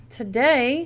today